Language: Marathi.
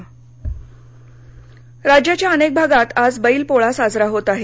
पोळा अहमदनगर राज्याच्या अनेक भागात आज बैल पोळा साजरा होत आहे